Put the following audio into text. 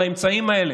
על האמצעים האלה.